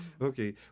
Okay